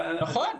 נכון.